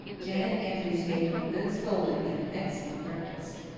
janet andrews gave them a good scolding and an excellent breakfast.